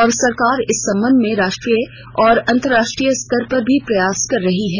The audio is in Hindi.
और सरकार इस संबंध में राष्ट्रीय और अंतर्राष्ट्रीय स्तर पर सभी प्रयास कर रही है